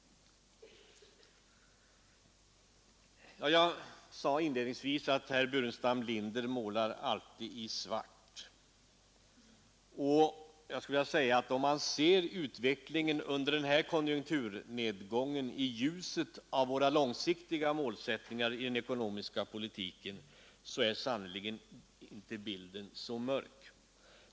Jag sade inledningsvis att herr Burenstam Linder alltid målar i svart. Men om man ser utvecklingen under den här konjunkturnedgången i ljuset av våra långsiktiga målsättningar i den ekonomiska politiken, finner man att bilden sannerligen inte är så mörk.